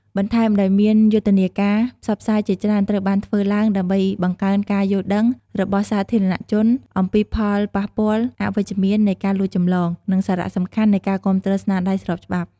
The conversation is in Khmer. បន្ថែមដោយមាន យុទ្ធនាការផ្សព្វផ្សាយជាច្រើនត្រូវបានធ្វើឡើងដើម្បីបង្កើនការយល់ដឹងរបស់សាធារណជនអំពីផលប៉ះពាល់អវិជ្ជមាននៃការលួចចម្លង និងសារៈសំខាន់នៃការគាំទ្រស្នាដៃស្របច្បាប់។